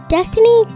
Destiny